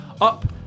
up